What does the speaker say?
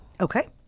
Okay